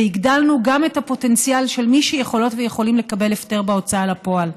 והגדלנו גם את הפוטנציאל של מי שיכולות ויכולים לקבל הפטר בהוצאה לפועל.